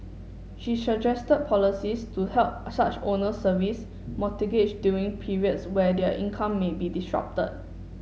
she suggested policies to help such owners service during periods where their income may be disrupted